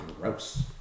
gross